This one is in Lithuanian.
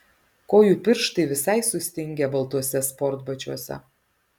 kojų pirštai visai sustingę baltuose sportbačiuose